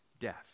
Death